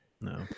No